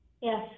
Yes